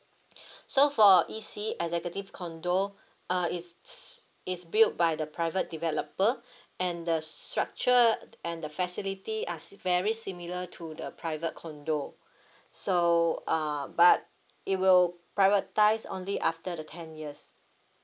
so for E_C executive condo uh it's it's built by the private developer and the structure and the facility are s~ very similar to the private condo so uh but it will privatise only after the ten years